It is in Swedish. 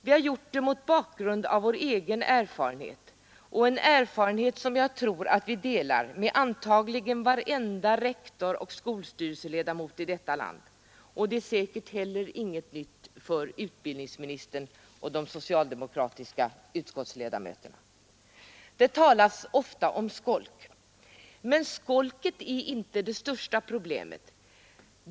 Vi har gjort det mot bakgrunden av vår egen erfarenhet — en erfarenhet som jag tror att vi delar med varenda rektor och skolstyrelseledamot i detta land, och det är säkerligen heller ingenting nytt för utbildningsministern och de socialdemokratiska utskottsledamöterna. Det talas ofta om skolk. Men skolk är inte det största problemet.